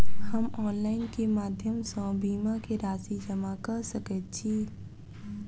हम ऑनलाइन केँ माध्यम सँ बीमा केँ राशि जमा कऽ सकैत छी?